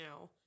now